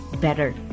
better